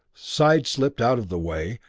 side-slipped out of the way,